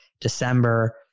December